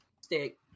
stick